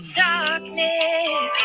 darkness